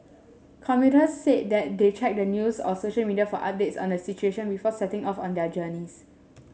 commuters said they checked the news or social media for updates on the situation before setting off on their journeys